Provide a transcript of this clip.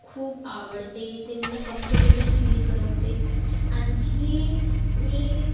खूप आवडते ते मला कम्फटेबल फील करवते आणखी मी